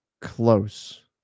close